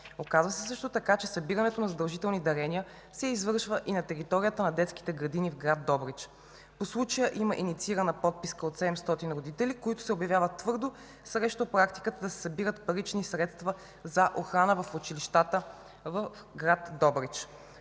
Оказа се също така, че събирането на задължителни дарения се извършва и на територията на детските градини в град Добрич. По случая има инициирана подписка от 700 родители, които се обвяват твърдо срещу практиката да се събират парични средства за охрана в училищата в град Добрич.